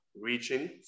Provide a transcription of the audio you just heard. reaching